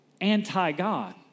anti-God